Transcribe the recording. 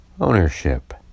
Ownership